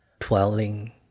dwelling